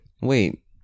wait